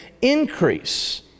increase